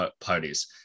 parties